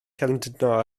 llandudno